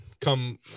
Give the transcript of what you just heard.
come